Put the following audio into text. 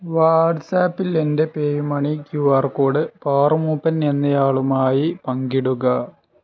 വാട്ട്സ്ആപ്പിൽ എൻ്റെ PayU money Q R code Paru Mooppan എന്നയാളുമായി പങ്കിടുക